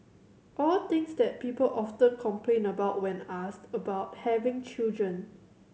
all things that people often complain about when asked about having children